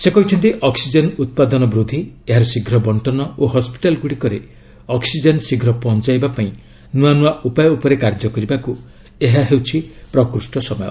ସେ କହିଛନ୍ତି ଅକ୍ସିଜେନ୍ ଉତ୍ପାଦନ ବୃଦ୍ଧି ଏହାର ଶୀଘ୍ର ବଣ୍ଟନ ଓ ହସ୍ୱିଟାଲ ଗୁଡ଼ିକରେ ଅକ୍ପିଜେନ୍ ଶୀଘ୍ର ପହଞ୍ଚାଇବା ପାଇଁ ନୂଆ ନୂଆ ଉପାୟ ଉପରେ କାର୍ଯ୍ୟ କରିବାକୁ ଏହା ହେଉଛି ପ୍ରକୃଷ୍ଟ ସମୟ